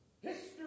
history